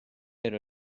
ero